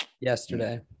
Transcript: yesterday